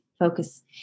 focus